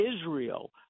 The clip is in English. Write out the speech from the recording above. Israel